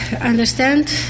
understand